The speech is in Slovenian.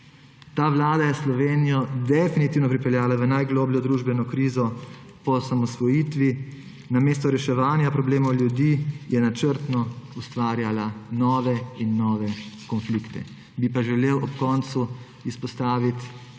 Ta vlada je Slovenijo definitivno pripeljala v najglobljo družbeno krizo po osamosvojitvi, namesto reševanja problemov ljudi je načrtno ustvarjala nove in nove konflikte. Bi pa želel ob koncu izpostaviti